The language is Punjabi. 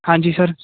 ਹਾਂਜੀ ਸਰ